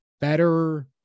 better